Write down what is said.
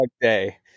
Day